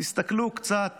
תסתכלו קצת